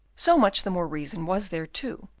so much the more reason was there, too,